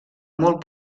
molt